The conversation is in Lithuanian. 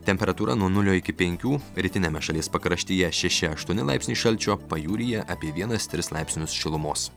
temperatūra nuo nulio iki penkių rytiniame šalies pakraštyje šeši aštuoni laipsniai šalčio pajūryje apie vienas tris laipsnius šilumos